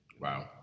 Wow